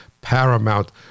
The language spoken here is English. paramount